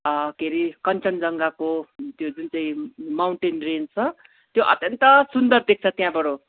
के हरे कञ्चनजङ्घाको त्यो जुन चाहिँ माउन्टेन रेन्ज छ त्यो अत्यन्त सुन्दर देख्छ त्यहाँबाट